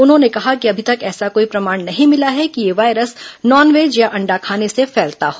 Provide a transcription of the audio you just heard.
उन्होंने कहा कि अभी तक कोई ऐसा प्रमाण नहीं मिला है कि यह वायरस नॉनवेज या अण्डा खाने से फैलता हो